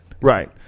right